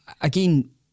Again